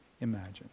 imagine